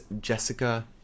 Jessica